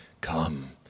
come